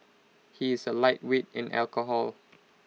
he is A lightweight in alcohol